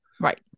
Right